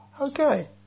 okay